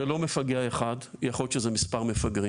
זה לא מפגע אחד, יכול להיות שזה מספר מפגעים.